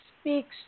speaks